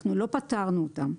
אנחנו לא פטרנו אותם.